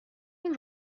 این